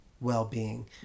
well-being